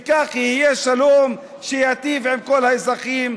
וכך יהיה שלום שייטיב עם כל האזרחים,